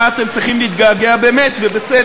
אני אגיד לך למה אתם צריכים להתגעגע באמת ובצדק,